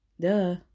duh